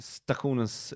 stationens